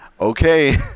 Okay